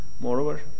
Moreover